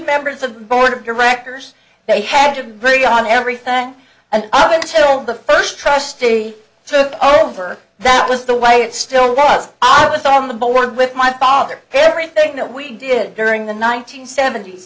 members of the board of directors they had to agree on everything and i mean till the first trustee took over that was the way it still was i was on the board with my father everything that we did during the nine hundred sevent